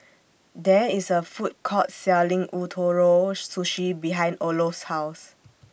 There IS A Food Court Selling Ootoro Sushi behind Olof's House